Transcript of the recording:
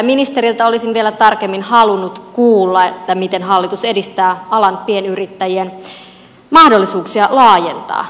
ministeriltä olisin vielä tarkemmin halunnut kuulla miten hallitus edistää alan pienyrittäjien mahdollisuuksia laajentaa toimintaansa